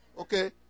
Okay